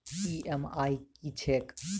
EMI की छैक?